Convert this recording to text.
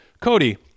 Cody